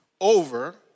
over